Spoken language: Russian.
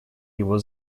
его